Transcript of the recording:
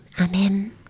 Amen